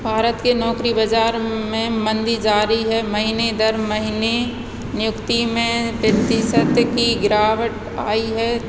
भारत के नौकरी बाजार में मंदी जारी है महीने दर महीने नियुक्ति में की गिरावट आई है